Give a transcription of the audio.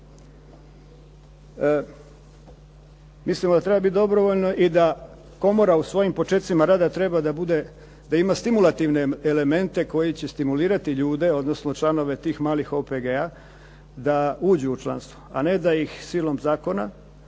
Mislimo da treba biti dobrovoljno i da komora u svojim počecima rada treba da ima stimulativne elemente koji će stimulirati ljude odnosno članove tih malih OPG-a da uđu u članstvo a ne da ih silom zakona